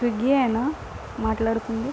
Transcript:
స్విగ్గియేనా మాట్లాడుతుంది